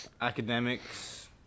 academics